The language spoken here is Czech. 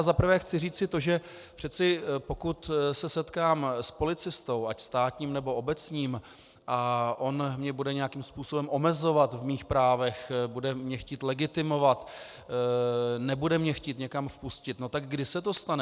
Za prvé chci říci to, že pokud se setkám s policistou, ať státním, nebo obecním, a on mě bude nějakým způsobem omezovat v mých právech, bude mě chtít legitimovat, nebude mě chtít někam vpustit no, tak kdy se to stane?